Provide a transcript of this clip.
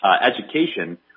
education